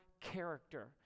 character